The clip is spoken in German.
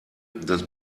das